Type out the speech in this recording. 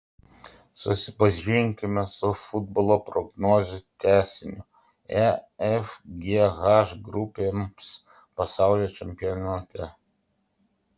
susipažinkime su futbolo prognozių tęsiniu e f g h grupėms pasaulio čempionate